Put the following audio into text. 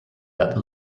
that